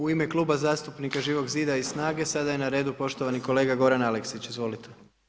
U ime Kluba zastupnika Živog zida i SNAGA-e, sada je na redu poštovani kolega Goran Aleksić, izvolite.